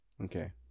Okay